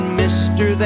mister